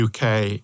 UK